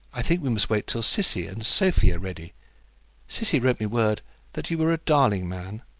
i think we must wait till cissy and sophy are ready. cissy wrote me word that you were a darling man.